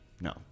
no